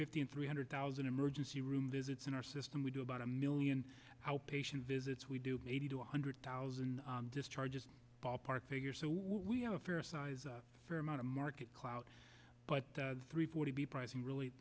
fifty and three hundred thousand emergency room visits in our system we do about a million outpatient visits we do eighty to one hundred thousand discharges a ballpark figure so we have a fair sized fair amount of market clout but three four to be pricing really